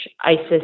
ISIS